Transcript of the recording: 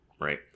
right